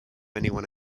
anyone